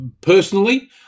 Personally